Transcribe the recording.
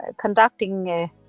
conducting